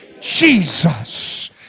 Jesus